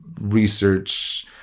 research